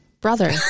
Brother